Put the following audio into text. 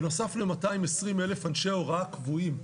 בנוסף ל-220 אלף אנשי הוראה קבועים,